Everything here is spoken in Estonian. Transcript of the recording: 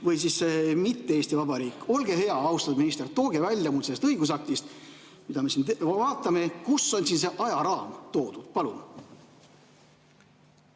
või siis mitte Eesti Vabariik. Olge hea, austatud minister, tooge välja mulle sellest õigusaktist, mida me siin vaatame, kus on siin see ajaraam toodud, palun!